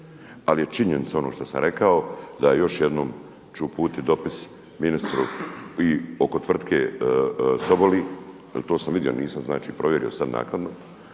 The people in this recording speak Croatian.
ali je činjenica ono što sam rekao da ću još jednom uputiti dopis ministru i oko Tvrtke Soboli jel to sam vidio, znači provjerio sam naknadno